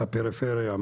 הפריפריה,